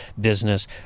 business